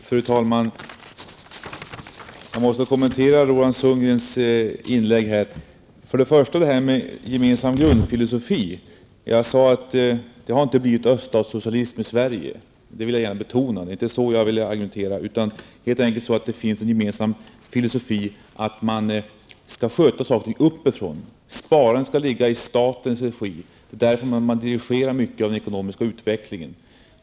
Fru talman! Roland Sundgren kommenterade vad jag sade om gemensam grundfilosofi. Vad jag sade var att det inte har blivit öststatssocialism i Sverige, och det vill jag gärna betona. Det är inte så jag vill argumentera. Socialdemokraternas filosofi tycks vara att allt skall skötas uppifrån. Sparandet skall ligga i statens regi, och man vill dirigera mycket av den ekonomiska utvecklingen.